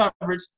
coverage